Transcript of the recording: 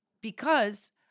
because-